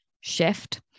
shift